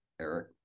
Eric